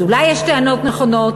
אז אולי יש טענות נכונות.